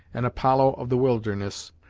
an apollo of the wilderness,